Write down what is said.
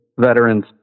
veterans